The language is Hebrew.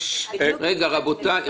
רבותי.